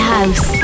House